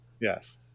Yes